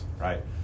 right